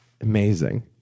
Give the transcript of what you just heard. Amazing